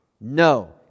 No